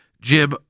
Jim